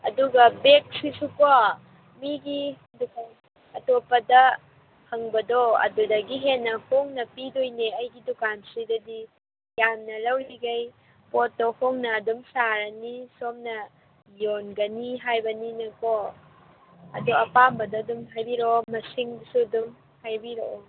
ꯑꯗꯨꯒ ꯕꯦꯛꯁꯤꯁꯨꯀꯣ ꯃꯤꯒꯤ ꯑꯇꯣꯞꯄꯗ ꯐꯪꯕꯗꯣ ꯑꯗꯨꯗꯒꯤ ꯍꯦꯟꯅ ꯍꯣꯡꯅ ꯄꯤꯗꯣꯏꯅꯦ ꯑꯩꯒꯤ ꯗꯨꯀꯥꯟꯁꯤꯗꯗꯤ ꯌꯥꯝꯅ ꯂꯧꯔꯤꯕꯃꯈꯩ ꯄꯣꯠꯇꯣ ꯍꯣꯡꯅ ꯑꯗꯨꯝ ꯁꯥꯔꯅꯤ ꯁꯣꯝꯅ ꯌꯣꯟꯒꯅꯤ ꯍꯥꯏꯕꯅꯤꯅꯀꯣ ꯑꯗꯣ ꯑꯄꯥꯝꯕꯗꯣ ꯑꯗꯨꯝ ꯍꯥꯏꯕꯤꯔꯛꯑꯣ ꯃꯁꯤꯡꯁꯨ ꯑꯗꯨꯝ ꯍꯥꯏꯕꯤꯔꯛꯑꯣ